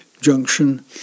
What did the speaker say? junction